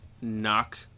Knock